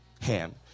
hand